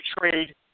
trade